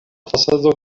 fasado